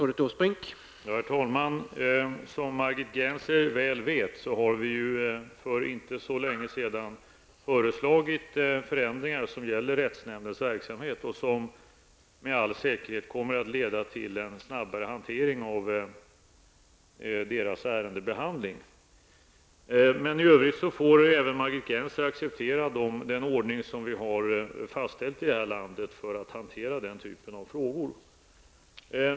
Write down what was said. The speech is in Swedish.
Herr talman! Som Margit Gennser väl vet har vi för inte så länge sedan föreslagit förändringar som gäller rättsnämndens verksamhet och som med all säkerhet kommer att leda till en snabbare ärendebehandling. Men i övrigt får även Margit Gennser acceptera den ordning som vi har fastställt här i landet för att hantera den typen av frågor.